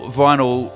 vinyl